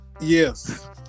Yes